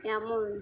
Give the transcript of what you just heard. এমন